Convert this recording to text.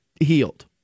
healed